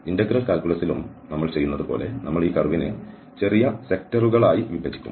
integral കാൽക്കുലസിലും നമ്മൾ ചെയ്യുന്നതുപോലെ നമ്മൾ ഈ കർവ്നെ ചെറിയ സെക്ടറുകൾ ആയി വിഭജിക്കും